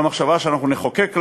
והמחשבה ש"אנחנו נחוקק להם,